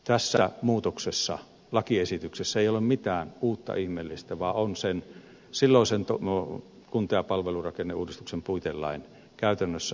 tässä muutoksessa lakiesityksessä ei ole mitään uutta ihmeellistä vaan se on käytännössä sen silloisen kunta ja palvelurakenneuudistuksen puitelain toimeenpanemista täytäntöön